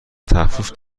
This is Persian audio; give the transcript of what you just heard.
تخفیف